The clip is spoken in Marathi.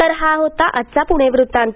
तर हा होता आजचा पुणे वृत्तांत